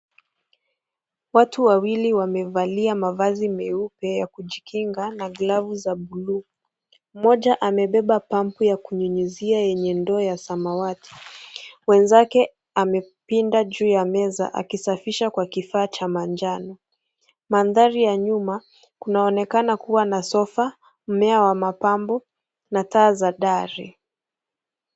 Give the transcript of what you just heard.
Watu wawili wamevalia mavazi meupe ya kujikinga na glavu za buluu. Mmoja amebeba pampu ya kunyunyizia yenye ndoo ya samawati. Mwenzake amepinda juu ya meza akisafisha kwa kifaa cha manjano. Mandhari ya nyuma kunaonekana kuwa na sofa, mmea wa mapambo na taa za dari.